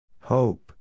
Hope